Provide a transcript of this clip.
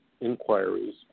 inquiries